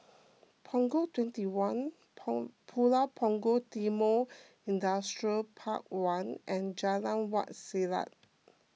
Punggol twenty one pun Pulau Punggol Timor Industrial Park one and Jalan Wak Selat